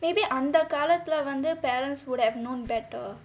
maybe அந்த காலத்துல வந்து:antha kaalathula vanthu parents would have known better